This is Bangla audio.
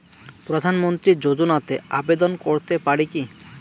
প্রধানমন্ত্রী যোজনাতে আবেদন করতে পারি কি?